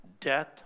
death